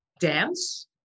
dance